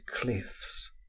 cliffs